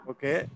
Okay